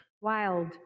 Wild